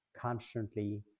constantly